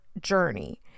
journey